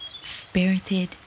spirited